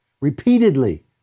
repeatedly